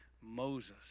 Moses